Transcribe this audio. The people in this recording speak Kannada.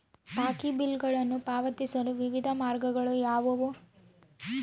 ಬಾಕಿ ಬಿಲ್ಗಳನ್ನು ಪಾವತಿಸಲು ವಿವಿಧ ಮಾರ್ಗಗಳು ಯಾವುವು?